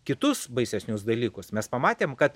kitus baisesnius dalykus mes pamatėm kad